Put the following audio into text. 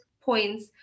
points